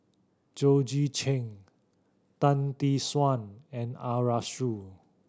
Georgette Chen Tan Tee Suan and Arasu